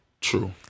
True